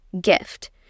gift